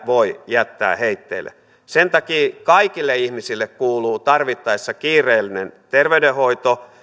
voi jättää heitteille sen takia kaikille ihmisille kuuluu tarvittaessa kiireellinen terveydenhoito